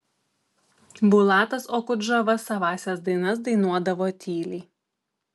bulatas okudžava savąsias dainas dainuodavo tyliai